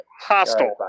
Hostile